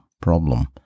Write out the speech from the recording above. problem